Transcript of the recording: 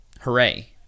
Hooray